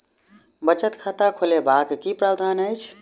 बचत खाता खोलेबाक की प्रावधान अछि?